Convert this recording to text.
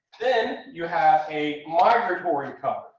then you have a migratory and cover.